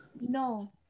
no